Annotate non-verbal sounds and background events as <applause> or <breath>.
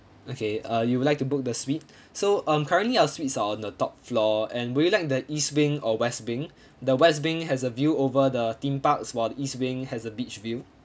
okay uh you would like to book the suite <breath> so um currently our suites are on the top floor and would you like the east wing or west wing <breath> the west being has a view over the theme parks while the east wing has a beach view